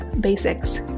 Basics